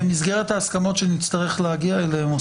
במסגרת ההסכמות שנצטרך להגיע אליהן,